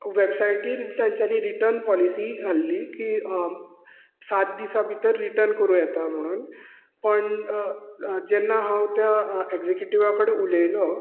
वेबसायटीर तांच्यांनी return policy घाल्ली की सात दिसां भितर रिटर्न करूं येता म्हणून पण जेन्ना हांव त्या एक्सीक्यूटीवाकचे उलयलो